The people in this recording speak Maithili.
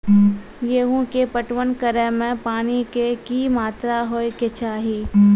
गेहूँ के पटवन करै मे पानी के कि मात्रा होय केचाही?